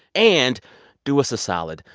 and do us a solid,